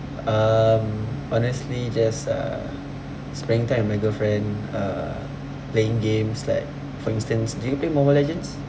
um honestly just uh spending time with my girlfriend uh playing games like for instance do you play Mobile Legends